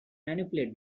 manipulate